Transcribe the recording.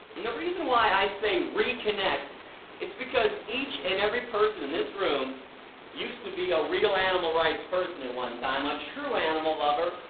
and the reason why i say re-connect it's because each and every person in this room used to be a real animal rights person at one time, a true animal lover,